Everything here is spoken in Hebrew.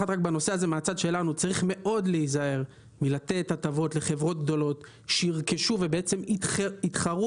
צריך מאוד להיזהר ממתן הטבות לחברות גדולות שירכשו ויתחרו